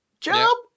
Jump